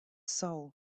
soul